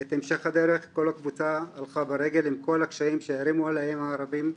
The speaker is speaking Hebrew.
את המשך הדרך כל הקבוצה הלכה ברגל עם כל הקשיים שהערימו עליהם הערבים,